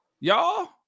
Y'all